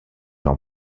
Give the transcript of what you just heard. ans